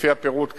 לפי הפירוט כאן,